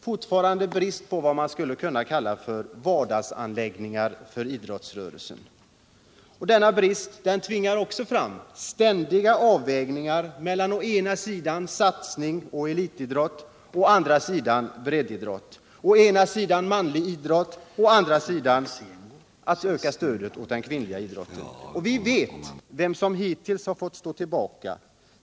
Fortfarande har vi brist på vad man skulle kunna kalla vardagsanläggningar för idrottsrörelsen. Denna brist tvingar också fram ständiga avvägningar mellan satsning på å ena sidan elitidrott och å andra sidan breddidrott, å ena sidan manlig idrott och å andra sidan en ökning av stödet till den kvinnliga idrotten. Vi vet vilka som hittills har fått stå tillbaka.